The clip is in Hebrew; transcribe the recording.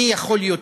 מי יכול יותר.